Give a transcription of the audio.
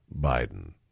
Biden